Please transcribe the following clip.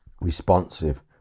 responsive